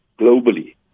globally